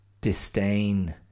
disdain